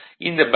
இந்த பேக் ஈ